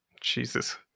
Jesus